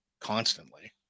constantly